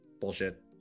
bullshit